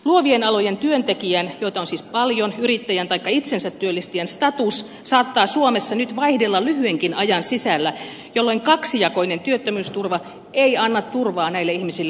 luovien alojen työntekijöiden joita on siis paljon yrittäjän taikka itsensä työllistäjän status saattaa suomessa nyt vaihdella lyhyenkin ajan sisällä jolloin kaksijakoinen työttömyysturva ei anna lainkaan turvaa näille ihmisille